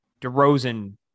DeRozan